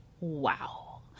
wow